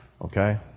okay